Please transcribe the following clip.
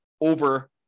over